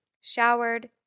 Showered